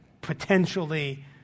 potentially